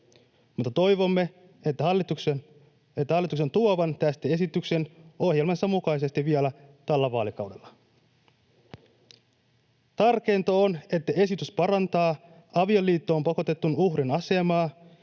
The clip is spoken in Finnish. ohjelmansa mukaisesti tuovan tästä esityksen vielä tällä vaalikaudella. Tärkeintä on, että esitys parantaa avioliittoon pakotetun uhrin asemaa